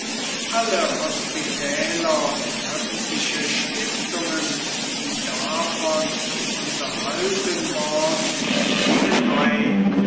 alle hospitäler und öffentlichen stiftungen die davon unterhalten worden gingen ein